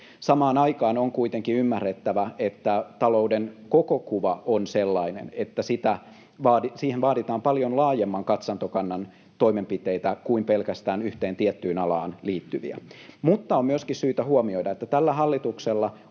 Samaan aikaan on kuitenkin ymmärrettävä, että talouden koko kuva on sellainen, että siihen vaaditaan paljon laajemman katsantokannan toimenpiteitä kuin pelkästään yhteen tiettyyn alaan liittyviä. Mutta on myöskin syytä huomioida, että tällä hallituksella